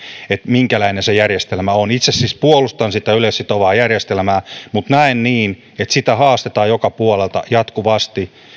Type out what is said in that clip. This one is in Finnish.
minkälainen se järjestelmä on itse siis puolustan sitä yleissitovaa järjestelmää mutta näen niin että sitä haastetaan joka puolelta jatkuvasti